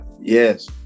yes